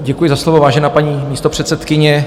Děkuji za slovo, vážená paní místopředsedkyně.